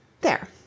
There